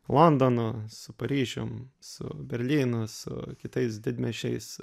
londonu su paryžium su berlynu su kitais didmiesčiais